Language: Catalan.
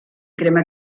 crema